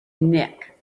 nick